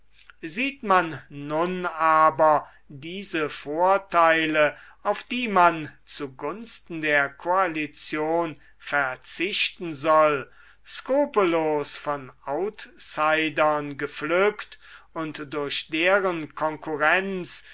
sieht man nun aber diese vorteile auf die man zu gunsten der koalition verzichten soll skrupellos von outsidern gepflückt und durch deren konkurrenz